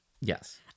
yes